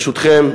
ברשותכם,